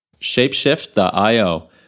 shapeshift.io